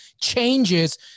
changes